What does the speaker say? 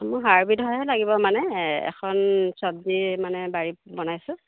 মোৰ হাইব্ৰিডৰহে লাগিব মানে এখন চব্জি মানে বাৰীত বনাইছোঁ